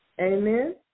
Amen